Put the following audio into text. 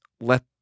let